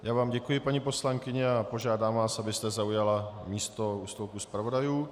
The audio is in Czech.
Já vám děkuji, paní poslankyně a požádám vás, abyste zaujala místo u stolku zpravodajů.